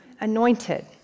anointed